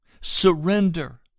surrender